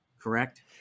Correct